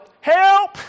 help